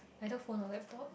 either phone or laptop